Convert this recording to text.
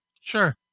Sure